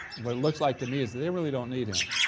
what it looks like to me is they really don't need him,